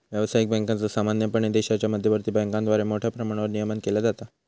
व्यावसायिक बँकांचा सामान्यपणे देशाच्या मध्यवर्ती बँकेद्वारा मोठ्या प्रमाणावर नियमन केला जाता